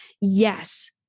Yes